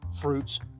fruits